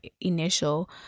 initial